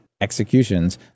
executions